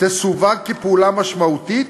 תסווג כפעולה משמעותית